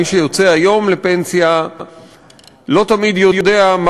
מי שיוצא היום לפנסיה לא תמיד יודע מה